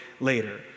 later